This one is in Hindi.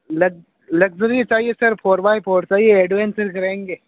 लक लक्ज़री चाहिए सर फोर बाई फोर चाहिए ऐडवेंचर करेंगे